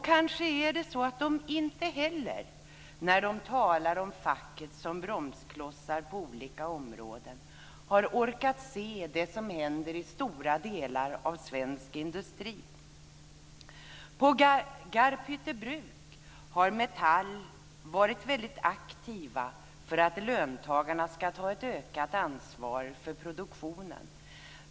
Kanske har de inte heller, när de talar om facket som bromskloss på olika områden, orkat se det som händer i stora delar av svensk industri. På Garphyttebruk har Metall varit väldigt aktivt för att löntagarna ska ta ett ökat ansvar för produktionen.